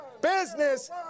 Business